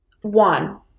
one